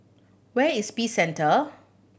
where is Peace Centre